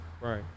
right